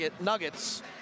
Nuggets